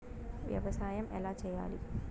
వ్యవసాయం ఎలా చేయాలి?